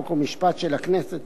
חוק ומשפט של הכנסת